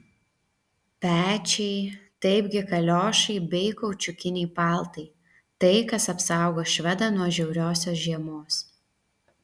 pečiai taipgi kaliošai bei kaučiukiniai paltai tai kas apsaugo švedą nuo žiauriosios žiemos